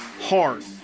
hard